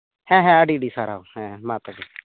ᱦᱮᱸ ᱦᱮᱸ ᱟᱹᱰᱤ ᱟᱹᱰᱤ ᱥᱟᱨᱦᱟᱣ ᱦᱮᱸ ᱢᱟ ᱛᱚᱵᱮ